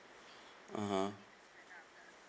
(uh huh)